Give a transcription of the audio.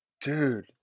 Dude